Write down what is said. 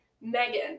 Megan